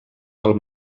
del